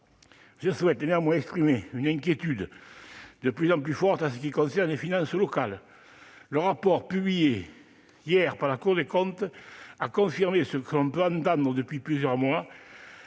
Je souhaite néanmoins exprimer une inquiétude de plus en plus forte en ce qui concerne les finances locales. Le rapport publié hier par la Cour des comptes a confirmé ce que l'on pouvait entendre depuis plusieurs mois